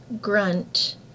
grunt